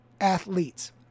athletes